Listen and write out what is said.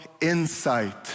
insight